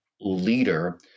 leader